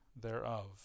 thereof